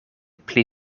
pli